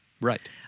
Right